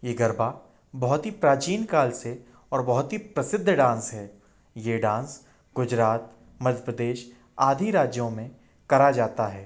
ये गरबा बहुत ही प्राचीन काल से और बहुत ही प्रसिद्ध डांस है ये डांस गुजरात मध्य प्रदेश आदि राज्यों में करा जाता है